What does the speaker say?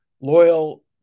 loyal